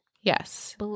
Yes